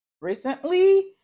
recently